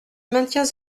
maintiens